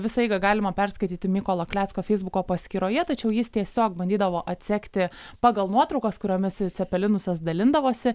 visą eigą galima perskaityti mykolo klecko feisbuko paskyroje tačiau jis tiesiog bandydavo atsekti pagal nuotraukas kuriomis cepelinusas dalindavosi